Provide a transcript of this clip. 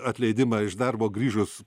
atleidimą iš darbo grįžus